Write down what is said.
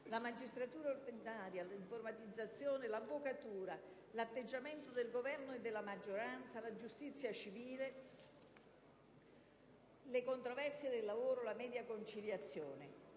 la magistratura ordinaria, l'informatizzazione, l'avvocatura, l'atteggiamento del Governo e della maggioranza, la giustizia civile, le controversie del lavoro, la media conciliazione,